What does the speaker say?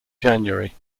january